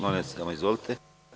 Molim vas, izvolite.